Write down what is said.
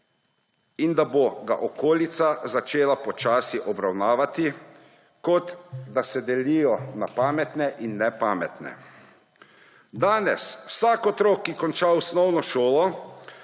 in da ga bo okolica začela počasi obravnavati, kot da se delijo na pametne in nepametne. Danes se starši vsakega otroka, ki konča osnovno šolo,